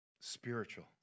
spiritual